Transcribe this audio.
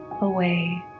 away